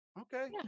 Okay